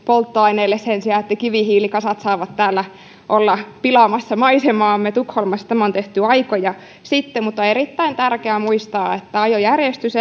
polttoaineille sen sijaan että kivihiilikasat saavat täällä olla pilaamassa maisemaamme tukholmassa tämä on tehty aikoja sitten mutta erittäin tärkeää on muistaa että ajojärjestys